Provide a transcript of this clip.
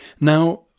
Now